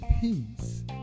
peace